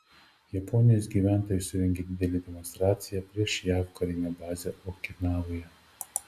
japonijos gyventojai surengė didelę demonstraciją prieš jav karinę bazę okinavoje